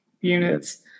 units